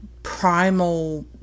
primal